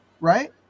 Right